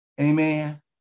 Amen